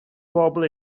bobl